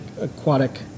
aquatic